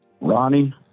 Ronnie